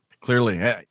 clearly